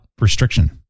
restriction